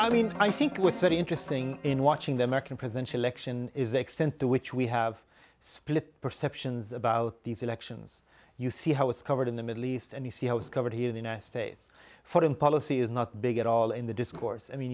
i mean i think with that interesting in watching the american presidential election is the extent to which we have split perceptions about these elections you see how it's covered in the middle east and you see how it's covered here in the united states foreign policy is not big at all in the discourse i mean